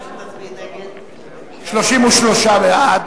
33 בעד,